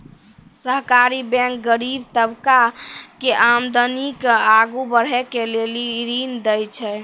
सहकारी बैंक गरीब तबका के आदमी के आगू बढ़ै के लेली ऋण देय छै